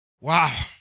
wow